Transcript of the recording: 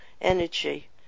energy